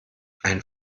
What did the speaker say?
ein